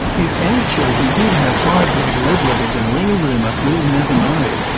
if any children did have high blood lead levels in ringarooma, we'll never know.